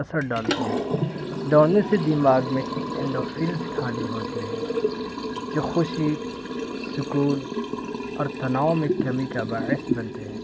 اثر ڈالتی ہے دوڑنے سے دماغ میں انڈوفیلس خاال ہوتے ہیں جو خوشی سکون اور تناؤ میں کمی کا بعث بنتے ہیں